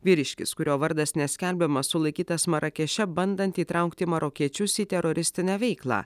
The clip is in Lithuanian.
vyriškis kurio vardas neskelbiamas sulaikytas marakeše bandant įtraukti marokiečius į teroristinę veiklą